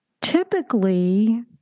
Typically